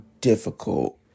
difficult